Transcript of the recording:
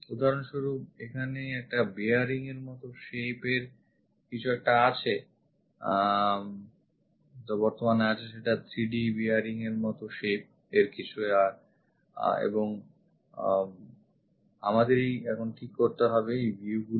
উদাহরণস্বরূপ এখানে একটা bearing এর মত shape এর কিছু একটা আছে বর্তমানে আছে 3D bearing এর মত shape এর কিছু এবং আমাদেরই ঠিক করতে হবে views গুলি কি